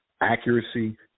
Accuracy